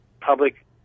public